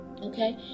okay